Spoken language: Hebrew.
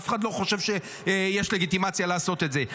אף אחד לא חושב שיש לגיטימציה לעשות את זה.